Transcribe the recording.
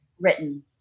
written